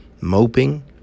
moping